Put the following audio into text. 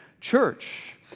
church